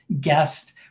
guest